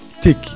take